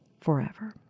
forever